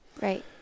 right